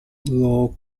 glow